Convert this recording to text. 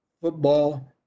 football